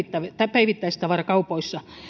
päivittäistavarakaupoissa